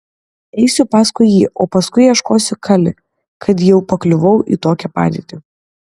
eisiu paskui jį o paskui ieškosiu kali kad jau pakliuvau į tokią padėtį